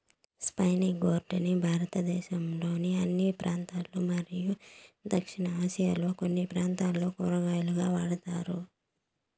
spiny gourd ని భారతదేశంలోని అన్ని ప్రాంతాలలో మరియు దక్షిణ ఆసియాలోని కొన్ని ప్రాంతాలలో కూరగాయగా వాడుతారు